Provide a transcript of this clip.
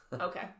Okay